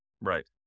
Right